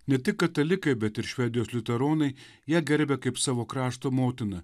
ne tik katalikai bet ir švedijos liuteronai ją gerbia kaip savo krašto motiną